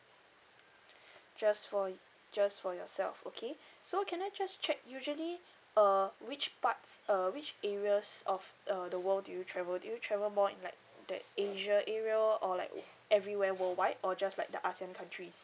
just for just for yourself okay so can I just check usually uh which parts uh which areas of uh the world do you travel do you travel more in like the asia area or like everywhere worldwide or just like the ASEAN countries